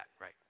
Right